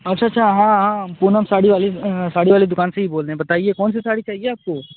अच्छा अच्छा हाँ हाँ पूनम साड़ी वाली साड़ी साड़ी वाली दुकान से ही बोल रहे हैं बताइए कौन कौन सी साड़ी चहिए आपको